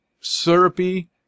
syrupy